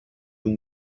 اون